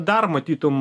dar matytum